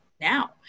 now